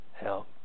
help